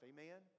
Amen